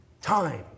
time